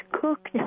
cooked